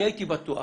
אני הייתי בטוח